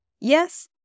Yes